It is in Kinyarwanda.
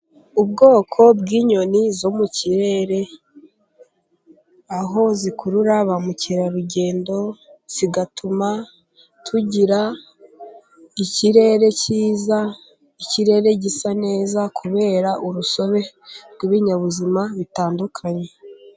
Ubwoko bw'inyoni zo mu kirere, aho zikurura ba mukerarugendo zigatuma tugira ikirere cyiza, ikirere gisa neza kubera urusobe rw'ibinyabuzima bitandukanye.